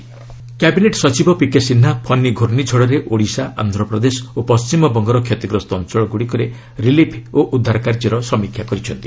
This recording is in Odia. ପିସିଏ କ୍ୟାବିନେଟ୍ ସେସି ଫନି କ୍ୟାବିନେଟ୍ ସଚିବ ପିକେ ସିହ୍ନା ଫନି ଘୂର୍ଷିଝଡ଼ରେ ଓଡ଼ିଶା ଆନ୍ଧ୍ରପ୍ରଦେଶ ଓ ପଣ୍ଢିମବଙ୍ଗର କ୍ଷତିଗ୍ରସ୍ତ ଅଞ୍ଚଳଗୁଡ଼ିକରେ ରିଲିଫ୍ ଓ ଉଦ୍ଧାର କାର୍ଯ୍ୟର ସମୀକ୍ଷା କରିଛନ୍ତି